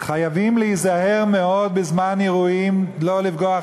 חייבים להיזהר מאוד בזמן אירועים לא לפגוע,